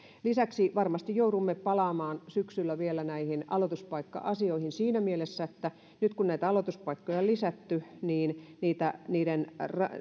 lisäksi joudumme varmasti vielä syksyllä palaamaan näihin aloituspaikka asioihin siinä mielessä että nyt kun näitä aloituspaikkoja on lisätty niin niiden